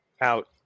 out